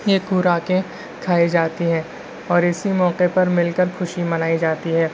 یہ خوراکیں کھائی جاتی ہیں اور اسی موقعے پر مل کر خوشی منائی جاتی ہے